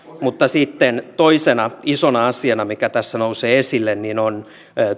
mutta sitten toisena isona asiana mikä tässä nousee esille on